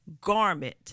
garment